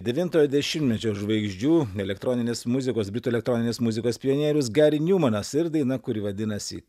devintojo dešimtmečio žvaigždžių elektroninės muzikos britų elektroninės muzikos pionierius gari niumanas ir daina kuri vadinasi